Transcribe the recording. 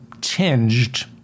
tinged